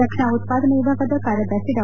ರಕ್ಷಣಾ ಉತ್ಪಾದನೆ ವಿಭಾಗದ ಕಾರ್ಯದರ್ಶಿ ಡಾ